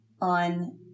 on